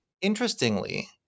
Interestingly